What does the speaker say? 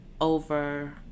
over